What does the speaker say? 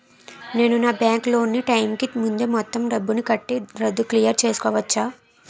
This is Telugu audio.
నేను నా బ్యాంక్ లోన్ నీ టైం కీ ముందే మొత్తం డబ్బుని కట్టి రద్దు క్లియర్ చేసుకోవచ్చా?